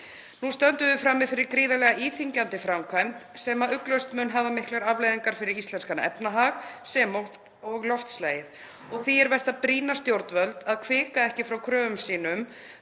Nú stöndum við frammi fyrir gríðarlega íþyngjandi framkvæmd sem ugglaust mun hafa miklar afleiðingar fyrir íslenskan efnahag sem og loftslagið. Því er vert að brýna stjórnvöld að hvika ekki frá kröfum sínum